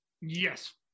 yes